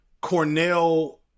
Cornell